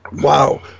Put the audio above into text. wow